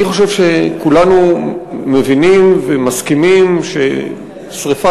אני חושב שכולנו מבינים ומסכימים ששרפה